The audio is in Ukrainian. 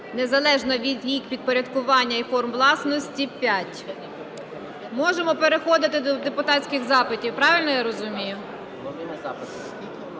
незалежно від їх підпорядкування і форм власності – 5. Можемо переходити до депутатських запитів, правильно я розумію?